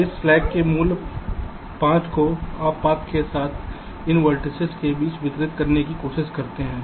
तो इस सुस्त के मूल्य 5 को आप पाथ के साथ इन वेर्तिसेस के बीच वितरित करने की कोशिश करते हैं